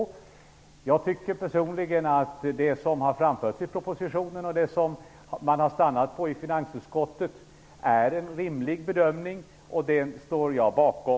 Personligen tycker jag att det som framförs i propositionen och det som man stannat för i finansutskottet är en rimlig bedömning, och den står jag bakom.